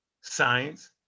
science